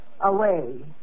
Away